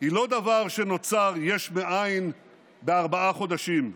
היא לא דבר שנוצר יש מאין בארבעה חודשים.